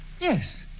Yes